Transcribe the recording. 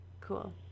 cool